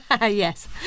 yes